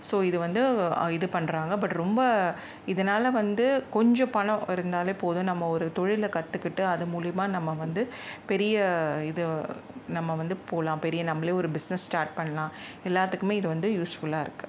so இது வந்து இது பண்ணுறாங்க பட்டு ரொம்ப இதனால வந்து கொஞ்சம் பணம் இருந்தாலே போதும் நம்ம ஒரு தொழிலை கற்றுக்கிட்டு அது மூலியமாக நம்ம வந்து பெரிய இது நம்ம வந்து போகலாம் பெரிய நம்மளே ஒரு பிஸ்னஸ் ஸ்டார்ட் பண்ணலாம் எல்லாத்துக்குமே இது வந்து யூஸ்ஃபுல்லாக இருக்கு